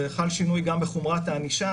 וחל שינוי גם בחומרת הענישה.